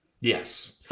Yes